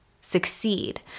succeed